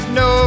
no